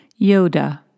Yoda